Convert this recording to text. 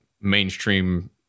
mainstream